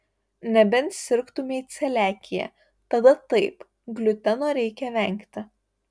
nebent sirgtumei celiakija tada taip gliuteno reikia vengti